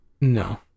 No